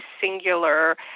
singular